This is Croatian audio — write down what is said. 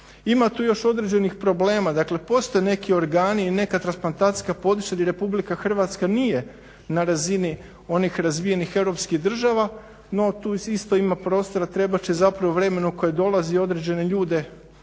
Ima tu još određenih problema. Dakle, postoje neki organi i neka transplantacijska područja gdje Republika Hrvatska nije na razini onih razvijenih Europskih država no tu isto ima prostora, treba će zapravo s vremenom koje dolazi određene ljude